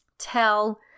tell